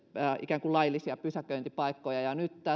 etsivät laillisia pysäköintipaikkoja nyt tässä